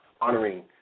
honoring